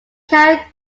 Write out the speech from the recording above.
carried